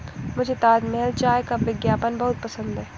मुझे ताजमहल चाय का विज्ञापन बहुत पसंद है